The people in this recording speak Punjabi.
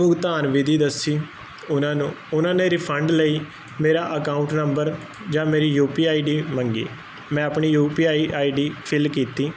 ਭੁਗਤਾਨ ਵਿਧੀ ਦੱਸੀ ਉਹਨਾਂ ਨੂੰ ਉਹਨਾਂ ਨੇ ਰਿਫੰਡ ਲਈ ਮੇਰਾ ਅਕਾਊਂਟ ਨੰਬਰ ਜਾਂ ਮੇਰੀ ਯੂ ਪੀ ਆਈ ਡੀ ਮੰਗੀ ਮੈਂ ਆਪਣੀ ਯੂ ਪੀ ਆਈ ਡੀ ਫਿਲ ਕੀਤੀ